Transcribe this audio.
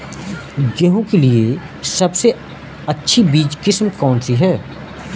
गेहूँ के लिए सबसे अच्छी बीज की किस्म कौनसी है?